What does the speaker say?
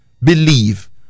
believe